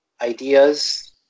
ideas